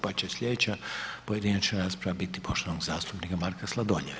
Pa će slijedeća pojedinačna rasprava biti poštovanog zastupnika Marka Sladoljeva.